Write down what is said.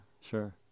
sure